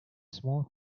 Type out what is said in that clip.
small